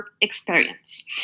experience